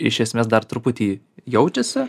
iš esmės dar truputį jaučiasi